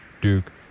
duke